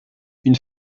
une